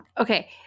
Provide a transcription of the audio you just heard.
Okay